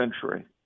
century